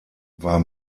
war